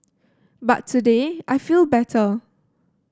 but today I feel better